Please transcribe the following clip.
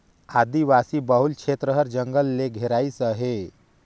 आदिवासी बहुल छेत्र हर जंगल ले घेराइस अहे